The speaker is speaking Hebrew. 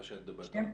מה שאת מדברת עליו?